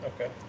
Okay